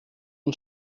und